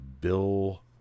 Bill